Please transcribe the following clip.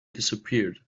disappeared